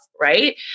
right